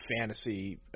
fantasy